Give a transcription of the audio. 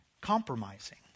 compromising